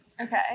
Okay